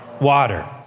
Water